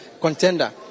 contender